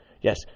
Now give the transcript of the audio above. Yes